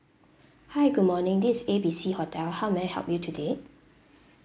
hi good morning this is A B C hotel how may I help you today